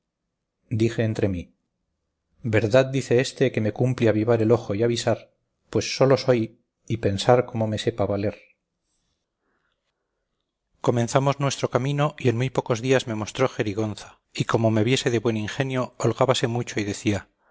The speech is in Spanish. dije entre mí verdad dice éste que me cumple avivar el ojo y avisar pues solo soy y pensar cómo me sepa valer comenzamos nuestro camino y en muy pocos días me mostró jerigonza y como me viese de buen ingenio holgábase mucho y decía